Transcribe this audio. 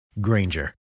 Granger